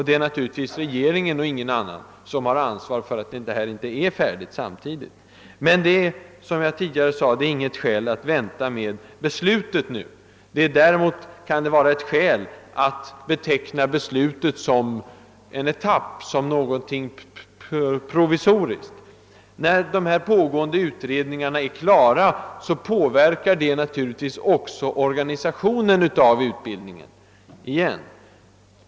Det är naturligtvis regeringen och ingen annan som har ansvaret för att detta arbete inte är färdigt samtidigt. Men, som jag tidigare sade, det är inte tillräckligt skäl att nu vänta med beslutet. Däremot kan det vara ett skäl att beteckna beslutet som en etapp, som någonting provisoriskt. När dessa pågående utredningar är klara påverkar de naturligtvis också organisationen av utbildningen.